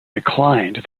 declined